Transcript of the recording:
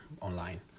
online